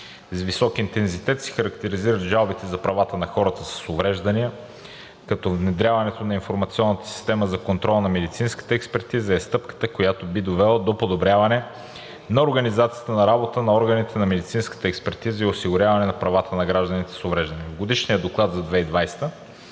С висок интензитет се характеризират жалбите за правата на хората с увреждания, като внедряването на Информационната система за контрол на медицинската експертиза е стъпката, която би довела до подобряване на организацията на работа на органите на медицинската експертиза и осигуряване на правата на гражданите с увреждания. В Годишния доклад за 2020